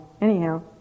Anyhow